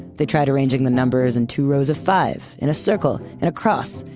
they tried arranging the numbers in two rows of five, in a circle, in a cross,